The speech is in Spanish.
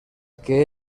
que